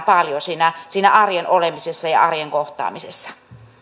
paljon siinä siinä arjen olemisessa ja arjen kohtaamisessa